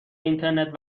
اینترنت